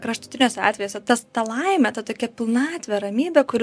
kraštutiniuose atvejuose tas ta laimė ta tokia pilnatvė ramybė kuri